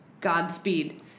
Godspeed